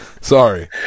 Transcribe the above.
Sorry